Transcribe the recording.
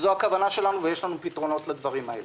זו הכוונה שלנו ויש לנו פתרונות לדברים האלה.